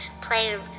play